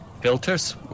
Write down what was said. Filters